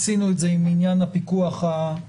עשינו את זה עם עניין הפיקוח הטכנולוגי,